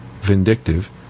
vindictive